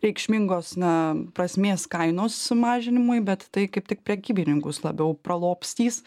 reikšmingos na prasmės kainos mažinimui bet tai kaip tik prekybininkus labiau pralobstys